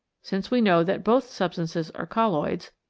since we know that both substances are colloids,